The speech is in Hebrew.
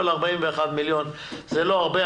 אבל 41 מיליון זה לא הרבה,